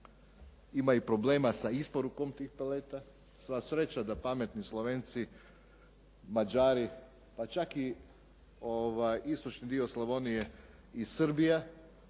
imaju problema sa isporukom tih paleta. Sva sreća da pametni Slovenci, Mađari pa čak i istočni dio Slavonije i Srbija